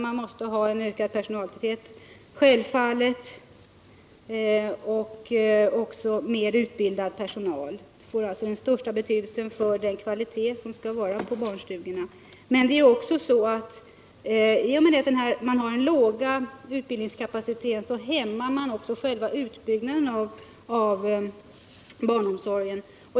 Man måste självfallet ha en ökad personaltäthet och också mer utbildad personal. Detta har den största betydelse för kvaliteten på barnstugorna. Men i och med att man nu har så låg utbildningskapacitet hämmar man också själva utbyggnaden av barnomsorgen.